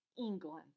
England